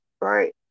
right